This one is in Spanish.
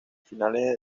finales